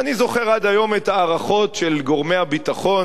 ואני זוכר עד היום את ההערכות של גורמי הביטחון,